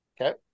Okay